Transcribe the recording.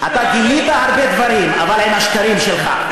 אתה גילית הרבה דברים, אבל עם השקרים שלך.